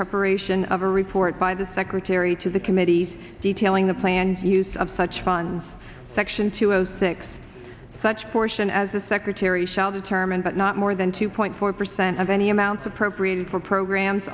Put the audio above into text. preparation of a report by the secretary to the committees detailing the planned use of such funds section two zero six such portion as the secretary shall determine but not more than two point four percent of any amount appropriated for programs